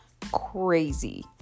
crazy